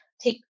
take